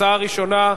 הצעה ראשונה: